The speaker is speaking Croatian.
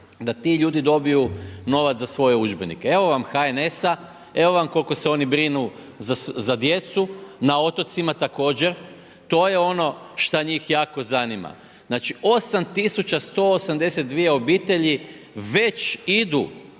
da ti ljudi dobiju novac za svoje udžbenike. Evo vam HNS-a, evo vam koliko se oni brinu za djecu, na otocima također. To je ono što njih jako zanima. Znači, 8182 obitelji već idu